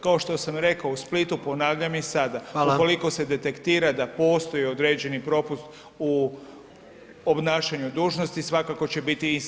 Kao što sam rekao, u Splitu, ponavljam i sada [[Upadica predsjednik: Hvala.]] ukoliko se detektira da postoji određeni propust u obnašanju dužnosti, svakako će biti i sankcije.